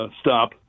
stop